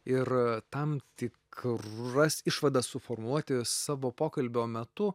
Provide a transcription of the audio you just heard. ir tam tikras išvadas suformuoti savo pokalbio metu